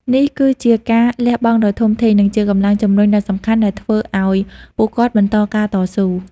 នេះគឺជាការលះបង់ដ៏ធំធេង និងជាកម្លាំងជំរុញដ៏សំខាន់ដែលធ្វើឱ្យពួកគាត់បន្តការតស៊ូ។